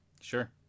Sure